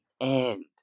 end